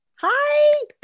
Hi